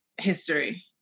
history